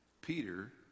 Peter